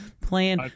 Playing